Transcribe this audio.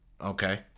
Okay